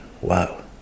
wow